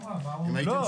--- לא.